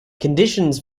conditions